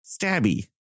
Stabby